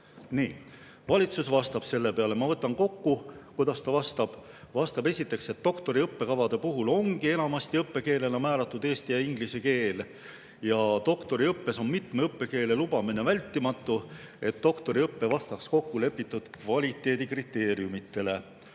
Valitsus vastab selle peale – ma võtan kokku, kuidas ta vastab. Vastab esiteks, et doktoriõppekavade puhul ongi enamasti õppekeelena määratud eesti ja inglise keel ja doktoriõppes on mitme õppekeele lubamine vältimatu, et doktoriõpe vastaks kokkulepitud kvaliteedikriteeriumidele.